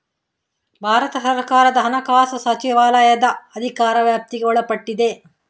ಭಾರತ ಸರ್ಕಾರದ ಹಣಕಾಸು ಸಚಿವಾಲಯದ ಅಧಿಕಾರ ವ್ಯಾಪ್ತಿಗೆ ಒಳಪಟ್ಟಿದೆ